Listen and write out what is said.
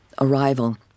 arrival